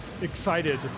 excited